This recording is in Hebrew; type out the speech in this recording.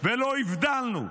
ולא הבדלנו.